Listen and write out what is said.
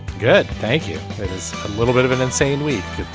good. thank you it is a little bit of an insane week